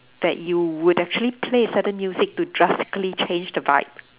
that you would actually play a certain music to drastically change the vibe